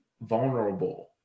vulnerable